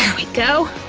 we go!